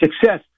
Success